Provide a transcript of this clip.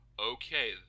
okay